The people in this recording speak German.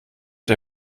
der